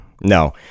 No